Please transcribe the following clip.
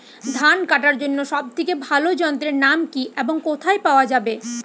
ধান কাটার জন্য সব থেকে ভালো যন্ত্রের নাম কি এবং কোথায় পাওয়া যাবে?